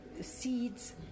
seeds